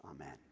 Amen